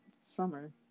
summer